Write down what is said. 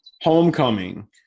homecoming